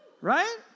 right